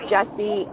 Jesse